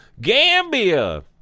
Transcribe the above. gambia